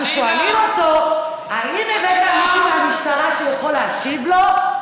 אנחנו שואלים אותו: האם הבאת מישהו מהמשטרה שיכול להשיב לו?